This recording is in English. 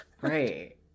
right